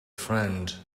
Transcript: friend